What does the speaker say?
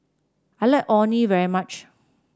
I like Orh Nee very much